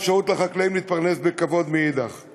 ואפשרות לחקלאים להתפרנס בכבוד מאידך גיסא.